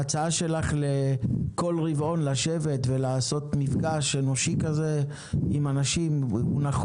ההצעה שלך לשבת בכל רבעון ולעשות מפגש אנושי כזה הוא נכון.